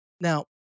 Now